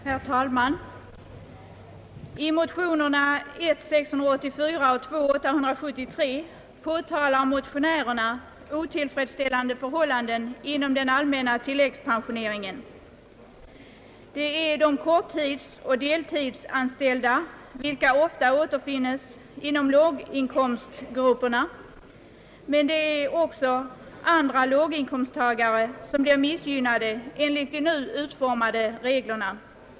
Herr talman! I motionerna I: 684 och II: 873 påtalar motionärerna de otillfredsställande förhållanden som i vissa fall råder inom den allmänna till läggspensioneringen. Det är de korttidsoch deltidsanställda, vilka ofta återfinns inom låginkomstgrupperna, men också andra låginkomsttagare som blir missgynnade enligt de nu utformade reglerna.